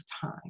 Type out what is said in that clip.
time